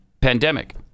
pandemic